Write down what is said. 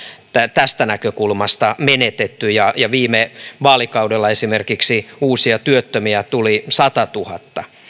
tästä näkökulmasta menetetty ja ja viime vaalikaudella esimerkiksi uusia työttömiä tuli satatuhatta